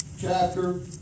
chapter